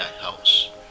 house